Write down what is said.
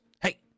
Hey